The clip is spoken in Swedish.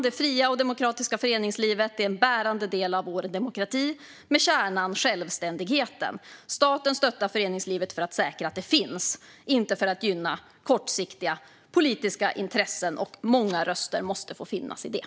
Det fria och demokratiska föreningslivet är en bärande del av vår demokrati, med självständigheten som kärna. Staten stöttar föreningslivet för att säkra att det finns, inte för att gynna kortsiktiga politiska intressen. Många röster måste få finnas i detta.